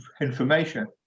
information